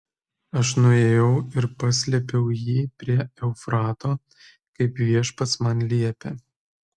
aš nuėjau ir paslėpiau jį prie eufrato kaip viešpats man liepė